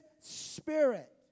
spirit